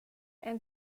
and